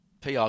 PR